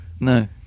no